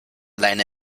leine